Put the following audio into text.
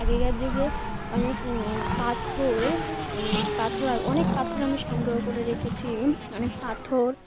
আগেকার যুগে অনেক পাথর পাথর অনেক পাথর আমি সংগ্রহ করে রেখেছি অনেক পাথর